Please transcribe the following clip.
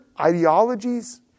ideologies